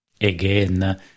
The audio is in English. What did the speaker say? again